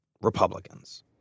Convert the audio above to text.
Republicans